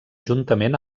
juntament